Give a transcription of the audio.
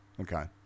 okay